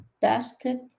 basket